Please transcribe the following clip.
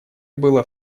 было